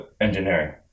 Engineering